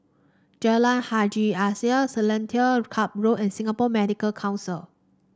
Jalan Haji Alias Seletar Club Road and Singapore Medical Council